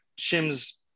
Shim's